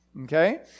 okay